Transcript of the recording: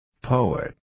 Poet